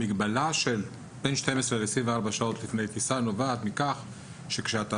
המגבלה של מ-12 ל-24 שעות לפני טיסה נובעת מכך שכשאתה